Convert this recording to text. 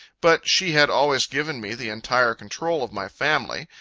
but she had always given me the entire control of my family.